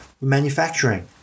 manufacturing